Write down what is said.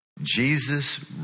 Jesus